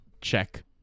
Check